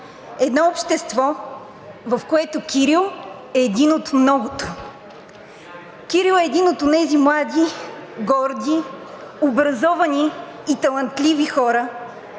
едно общество, в което Кирил е един от многото. Кирил е един от онези млади, горди, образовани и талантливи хора,